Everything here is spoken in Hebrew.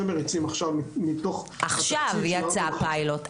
שמריצים עכשיו מתוך התקציב של --- עכשיו יצא הפיילוט.